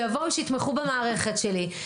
שיבואו שיתמכו במערכת שלי,